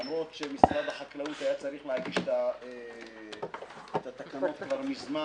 למרות שמשרד החקלאות היה צריך להגיש את התקנות כבר מזמן